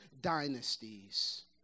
dynasties